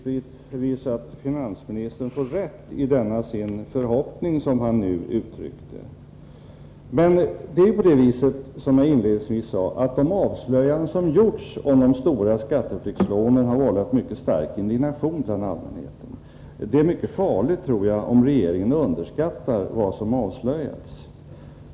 Herr talman! Jag hoppas givetvis att finansministern får rätt i denna sin förhoppning. Men det är så, som jag sade inledningsvis, att de avslöjanden som har gjorts om de stora skatteflyktslånen har vållat mycket stark indignation bland allmänheten. Det är mycket farligt om regeringen underskattar vad som har avslöjats.